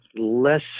less